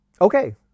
okay